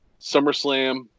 SummerSlam